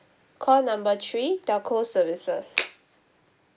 call number three telco services